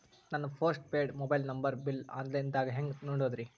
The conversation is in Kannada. ನನ್ನ postpaid mobile number bill, online ದಾಗ ಹ್ಯಾಂಗ್ ನೋಡೋದ್ರಿ?